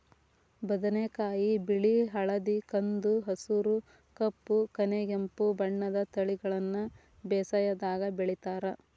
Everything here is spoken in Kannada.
ಬದನೆಕಾಯಿ ಬಿಳಿ ಹಳದಿ ಕಂದು ಹಸುರು ಕಪ್ಪು ಕನೆಗೆಂಪು ಬಣ್ಣದ ತಳಿಗಳನ್ನ ಬೇಸಾಯದಾಗ ಬೆಳಿತಾರ